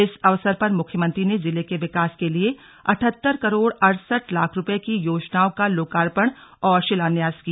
इस अवसर पर मुख्यमंत्री ने जिले के विकास के लिए अठत्तर करोड़ अड़सठ लाख रुपये की र्योजनाओं का लोकार्पण और शिलान्यास किया